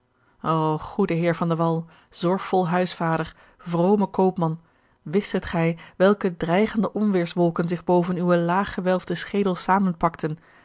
goede heer van de wall zorgvol huisvader vrome koopman wistet gij welke dreigende onweêrswolken zich boven uwen laaggewelfden schedel